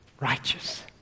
righteous